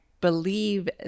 believe